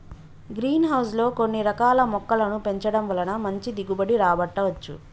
green house లో కొన్ని రకాల మొక్కలను పెంచడం వలన మంచి దిగుబడి రాబట్టవచ్చు